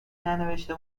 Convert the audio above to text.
ننوشته